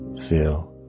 feel